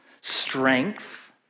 strength